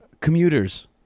Commuters